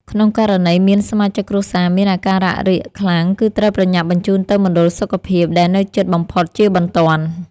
ក្នុងករណីមានសមាជិកគ្រួសារមានអាការៈរាកខ្លាំង គឺត្រូវប្រញាប់បញ្ជូនទៅមណ្ឌលសុខភាពដែលនៅជិតបំផុតជាបន្ទាន់។